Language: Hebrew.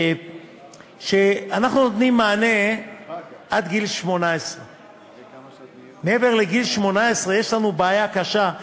זה שאנחנו נותנים מענה עד גיל 18. מעבר לגיל 18 יש לנו בעיה קשה,